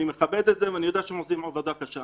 אני מכבד את זה, ואני יודע שהם עובדים עבודה קשה.